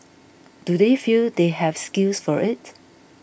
do they feel they have skills for it